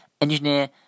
Engineer